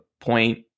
point